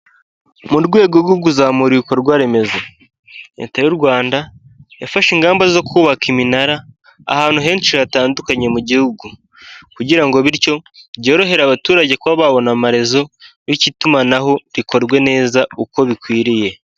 Mu rwego rwo kuzamura ibikorwa remezo leta y'u Rwanda yafashe ingamba zo kubaka iminara ahantu henshi hatandukanye mu gihugu, kugirango bityo byorohere abaturage kuba babona amarezo biyo itumanaho rikorwe neza uko bikwiriye.